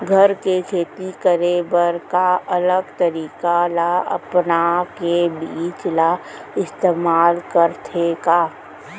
घर मे खेती करे बर का अलग तरीका ला अपना के बीज ला इस्तेमाल करथें का?